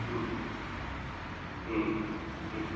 ह्म् ह्म् ह्म्